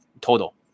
total